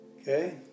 Okay